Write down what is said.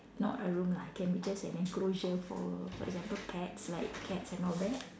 not a room lah it can just an enclosure for for example pets like cats and all that